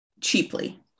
cheaply